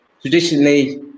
traditionally